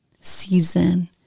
season